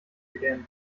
again